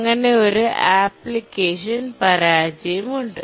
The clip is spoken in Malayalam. അങ്ങനെ ഒരു അപ്ലിക്കേഷൻ പരാജയമുണ്ട്